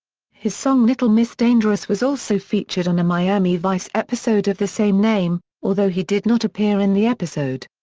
his song little miss dangerous was also featured on a miami vice episode of the same name, although he did not appear in the episode.